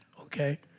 okay